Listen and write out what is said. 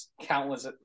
countless